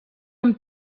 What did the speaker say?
amb